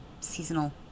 seasonal